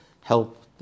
help